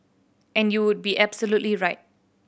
and you would be absolutely right